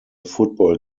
football